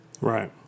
Right